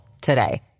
today